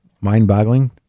Mind-boggling